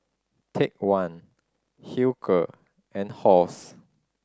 Take One Hilker and Halls